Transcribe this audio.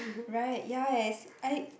right ya as I